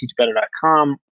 teachbetter.com